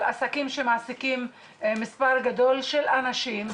על עסקים שמעסיקים מספר גדול של אנשים,